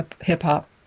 hip-hop